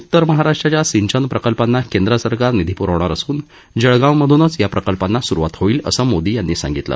उत्तर महाराष्ट्राच्या सिंचन प्रकल्पाना केंद्र सरकार निधी प्रवणार असून जळगावमध्नच या प्रकल्पाना सुरुवात होईल असं मोदी यांनी सांगितलं